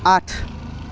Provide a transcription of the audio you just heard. আঠ